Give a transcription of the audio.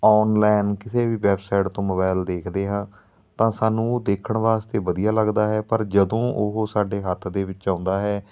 online ਕਿਸੇ ਵੀ website ਤੋਂ ਮੋਬਾਈਲ ਦੇਖਦੇ ਹਾਂ ਤਾਂ ਸਾਨੂੰ ਉਹ ਦੇਖਣ ਵਾਸਤੇ ਵਧੀਆ ਲੱਗਦਾ ਹੈ ਪਰ ਜਦੋਂ ਉਹ ਸਾਡੇ ਹੱਥ ਦੇ ਵਿੱਚ ਆਉਂਦਾ ਹੈ